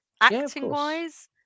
acting-wise